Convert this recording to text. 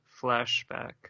flashback